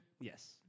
Yes